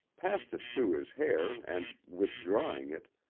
passed it through his hair and, withdrawing it,